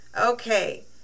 Okay